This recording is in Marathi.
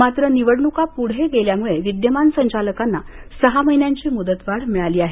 मात्र निवडणुका पुढे गेल्यामुळे विद्यमान संचालकांना सहा महिन्यांची मूदतवाढ मिळाली आहे